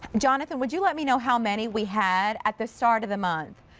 jonathan, would you let me know how many we had at the start of the month?